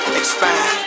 expand